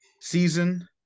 season